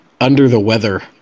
under-the-weather